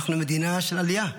אנחנו מדינה של עלייה.